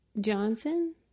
Johnson